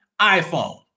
iPhone